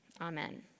Amen